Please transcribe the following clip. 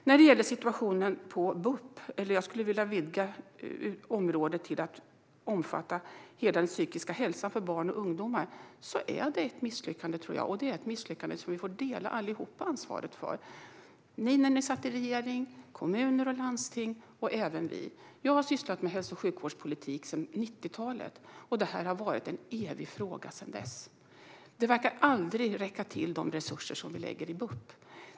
När det gäller situationen inom BUP, eller snarare hela det område som omfattar den psykiska hälsan för barn och ungdomar, är det ett misslyckande. Det är ett misslyckande som vi alla får dela på ansvaret för - ni i den tidigare regeringen, kommuner och landsting och även vi. Jag har sysslat med hälso och sjukvårdspolitik sedan 90-talet, och detta har varit en evig fråga sedan dess. De resurser som vi lägger på BUP verkar aldrig räcka till.